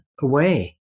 away